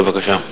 בבקשה.